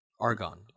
Argon